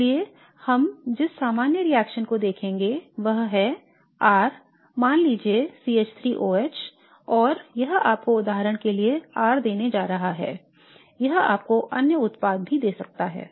इसलिए हम जिस सामान्य रिएक्शन को देखेंगे वह है R मान लीजिए CH3 OH और यह आपको उदाहरण के लिए R देने जा रहा है यह आपको अन्य उत्पाद भी दे सकता है